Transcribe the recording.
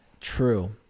True